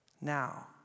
now